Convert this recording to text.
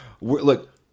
Look